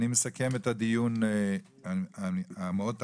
אני מסכם את הדיון המאוד תכליתי,